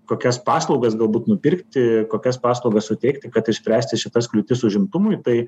kokias paslaugas galbūt nupirkti kokias paslaugas suteikti kad išspręsti šitas kliūtis užimtumui tai